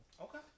Okay